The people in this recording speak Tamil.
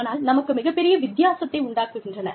ஆனால் நமக்கு மிகப்பெரிய வித்தியாசத்தை உண்டாக்குகின்றன